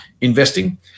investing